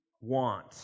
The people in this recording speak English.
want